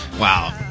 Wow